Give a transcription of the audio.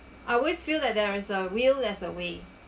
I always feel that there's a will there's a way